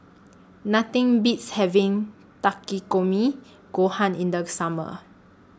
Nothing Beats having Takikomi Gohan in The Summer